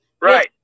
right